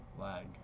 lag